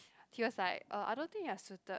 he was like uh I don't think you are suited